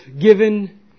given